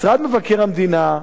משרד מבקר המדינה,